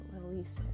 release